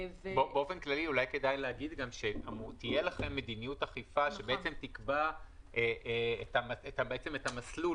כדאי להגיד שתהיה לכם מדיניות אכיפה שתקבע את המסלול